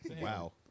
wow